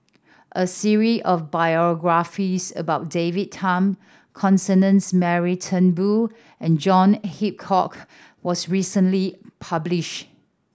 a of biographies about David Tham Constance Mary Turnbull and John Hitchcock was recently published